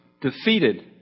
defeated